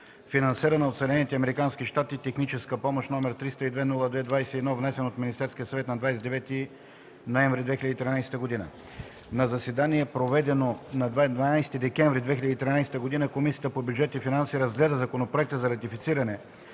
финансирана от Съединените американски щати техническа помощ, № 302-02-21, внесен от Министерския съвет на 29 ноември 2013 г. На заседание, проведено на 12 декември 2013 г., Комисията по бюджет и финанси разгледа Законопроекта за ратифициране